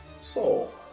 Soul